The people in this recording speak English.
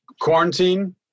quarantine